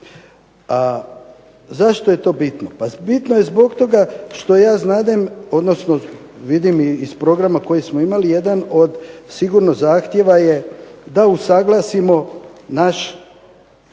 Zašto je to bitno?